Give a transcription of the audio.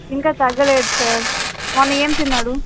ఇంకా తగ్గలేదు sir morning ఏమి తిన్నాడు